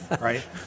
right